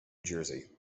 jersey